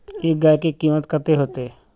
एक गाय के कीमत कते होते?